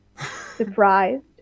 Surprised